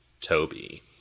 Toby